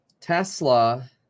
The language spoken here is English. Tesla